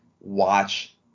watch